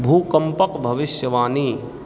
भूकम्पके भविष्यवाणी